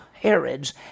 Herods